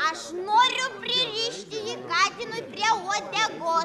aš noriu pririšti jį katinui prie uodegos